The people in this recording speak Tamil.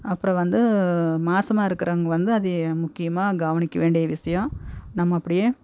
அப்புறம் வந்து மாசமாக இருக்கிறவங்க வந்து அதை முக்கியமாக கவனிக்க வேண்டிய விஷயம் நம்ம அப்படியே